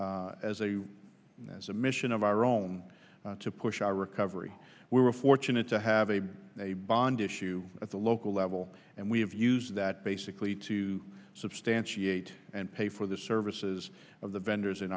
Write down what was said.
on as a as a mission of our own to push our recovery we were fortunate to have a bond issue at the local level and we have used that basically to substantiate and pay for the services of the vendors in